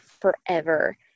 forever